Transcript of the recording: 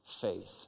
faith